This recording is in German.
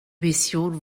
mission